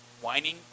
whining